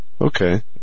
Okay